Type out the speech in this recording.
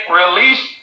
release